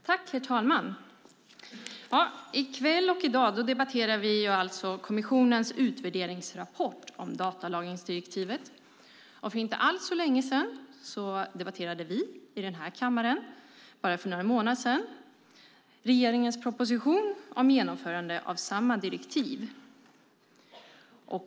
Herr talman! I kväll och i dag debatterar vi kommissionens utvärderingsrapport om datalagringsdirektivet. För inte så länge sedan, bara för någon månad sedan, debatterade vi i den här kammaren regeringens proposition om genomförande av samma direktiv.